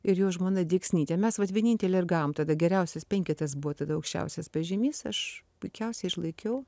ir jo žmona diksnyte mes vat vienintelė ir gavom tada geriausias penketas buvo tada aukščiausias pažymys aš puikiausiai išlaikiau